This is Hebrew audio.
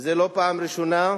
וזה לא פעם ראשונה.